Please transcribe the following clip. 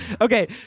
okay